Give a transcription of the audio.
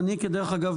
אני כדרך אגב,